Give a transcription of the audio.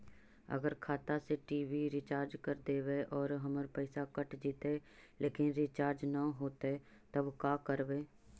अगर खाता से टी.वी रिचार्ज कर देबै और हमर पैसा कट जितै लेकिन रिचार्ज न होतै तब का करबइ?